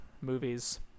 movies